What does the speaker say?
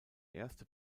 erste